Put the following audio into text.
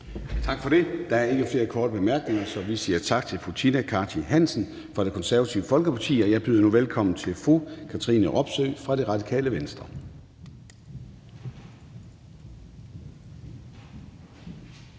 Tak for det. Der er ikke flere korte bemærkninger, så vi siger tak til fru Tina Cartey Hansen fra Det Konservative Folkeparti. Jeg byder nu velkommen til fru Katrine Robsøe fra Radikale Venstre.